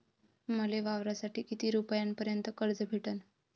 मले वावरासाठी किती रुपयापर्यंत कर्ज भेटन?